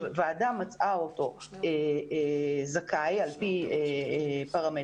שוועדה מצאה אותו זכאי על פי פרמטרים,